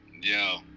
Yo